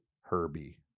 Herbie